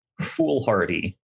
foolhardy